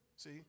See